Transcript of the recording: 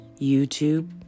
YouTube